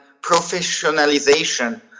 professionalization